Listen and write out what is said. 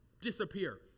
disappear